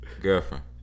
Girlfriend